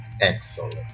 excellent